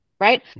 right